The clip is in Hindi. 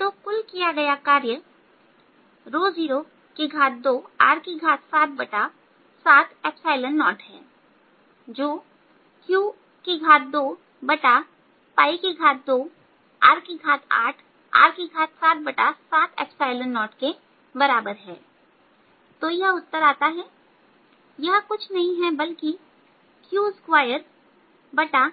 तो कुल किया गया कार्य 02r770है जो Q22R8R770 के बराबर है तो यह उत्तर आता है यह कुछ नहीं है बल्कि Q2720R